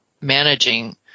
managing